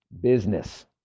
business